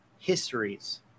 Histories